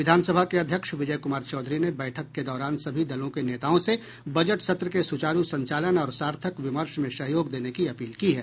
विधानसभा के अध्यक्ष विजय कुमार चौधरी ने बैठक के दौरान सभी दलों के नेताओं से बजट सत्र के सुचारू संचालन और सार्थक विमर्श में सहयोग देने की अपील की है